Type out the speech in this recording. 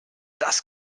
das